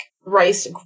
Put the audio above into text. rice